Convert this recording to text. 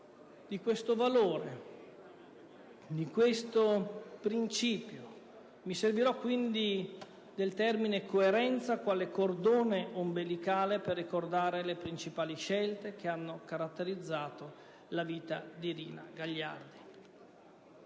di questo valore, di questo principio, del termine coerenza quale cordone ombelicale per ricordare le principali scelte che hanno caratterizzato la vita di Rina Gagliardi.